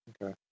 Okay